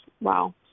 Wow